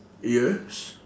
yes